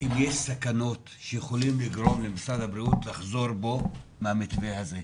אם יש סכנות שיכולים לגרום למשרד הבריאות לחזור בו מהמתווה הזה.